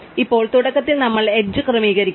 ഇപ്പോൾ തുടക്കത്തിൽ നമ്മൾ എഡ്ജ് ക്രമീകരിക്കണം